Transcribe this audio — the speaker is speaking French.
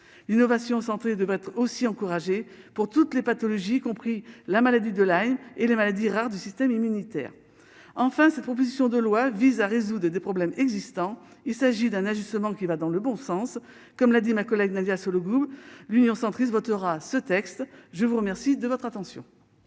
innovation santé devrait être aussi encourager pour toutes les pathologies compris la maladie de la haine et les maladies rares du système immunitaire, enfin, cette proposition de loi vise à résoudre des problèmes existants, il s'agit d'un ajustement qui va dans le bon sens, comme l'a dit ma collègue, Nadia Sollogoub, l'Union centriste votera ce texte, je vous remercie de votre attention.